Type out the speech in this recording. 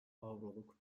avroluk